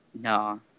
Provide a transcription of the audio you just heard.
no